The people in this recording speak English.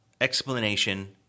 explanation